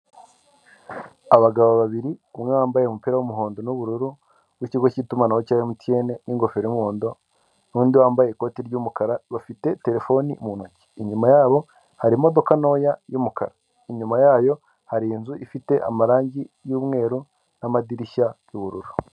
Abagabo babiri, umwe wambaye umupira w'umuhondo n'ubururu w'ikigo cy'itumanaho cya emutiyeni n'ingofero y'umuhondo, n'undi wambaye ikoti ry'umukara bafite terefone mu ntoki, inyuma yabo hari imodoka ntoya y'umukara, inyuma yayo hari inzu ifite amarangi y'umweru n'amadirishya y'ubururu.